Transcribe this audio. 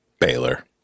Baylor